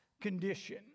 condition